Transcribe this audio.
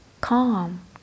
calm